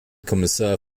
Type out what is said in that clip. kommissar